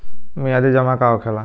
मियादी जमा का होखेला?